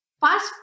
fast